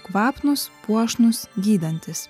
kvapnūs puošnūs gydantys